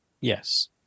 yes